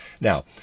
Now